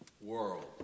world